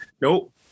nope